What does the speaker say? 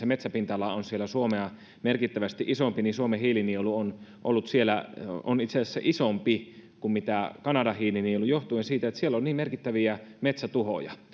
metsäpinta ala on suomea merkittävästi isompi niin suomen hiilinielu on itse asiassa isompi kuin kanadan hiilinielu johtuen siitä että siellä on niin merkittäviä metsätuhoja